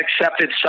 accepted